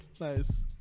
Nice